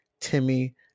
Timmy